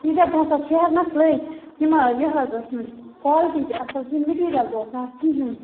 ییٖتیاہ پونٛسہٕ اَتھ شیہرنس لٔگۍ یِم یہِ حظ ٲسۍ نہٕ کالٹی تہِ اَصٕل کِہیٖنۍ مِٹیٖرل تہِ اوس نہٕ اَتھ کِہیٖنۍ